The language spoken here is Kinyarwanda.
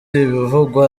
ibivugwa